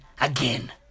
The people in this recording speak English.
again